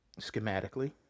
schematically